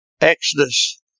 Exodus